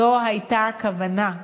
זו הייתה הכוונה,